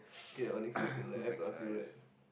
okay our next question right I have to ask you right